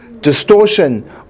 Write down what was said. distortion